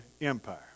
empire